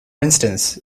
instance